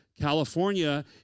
California